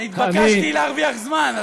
נתבקשתי להרוויח זמן,